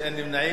דב חנין,